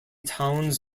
towns